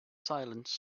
silence